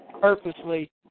purposely